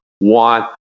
want